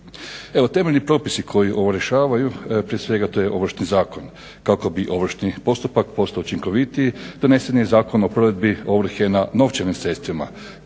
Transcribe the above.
Evo, temeljni propisi koji ovo rješavaju, prije svega to je Ovršni zakon, kako bi ovršni postupak postao učinkovitiji donesen je i Zakon o provedbi ovrhe nad novčanim sredstvima